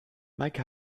meike